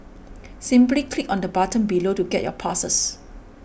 simply click on the button below to get your passes